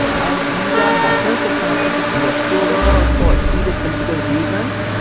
and these are matters that cannot be just glossed over for expedient political reasons,